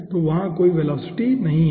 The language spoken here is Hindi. तो यहाँ कोई वेलोसिटी नहीं है